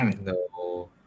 No